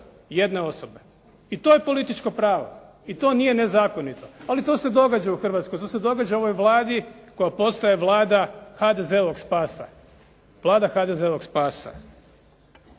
jedne osobe i to je političko pravo i to nije nezakonito, ali to se događa u Hrvatskoj, to se događa u ovoj Vladi koja postaje Vlada HDZ-ovog spasa. Vlada HDZ-ovog spasa.